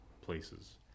places